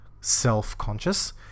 self-conscious